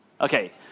Okay